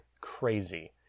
crazy